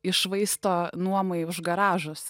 iššvaisto nuomai už garažus